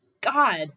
god